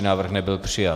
Návrh nebyl přijat.